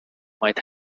might